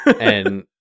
and-